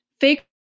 fake